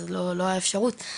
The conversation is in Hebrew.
לא הייתה לי אפשרות.